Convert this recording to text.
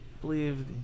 believe